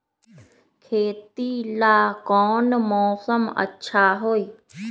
खेती ला कौन मौसम अच्छा होई?